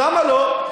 למה לא?